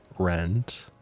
rent